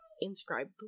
inscribed